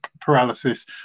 paralysis